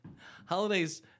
Holidays